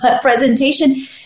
presentation